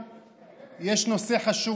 יש נושא חשוב,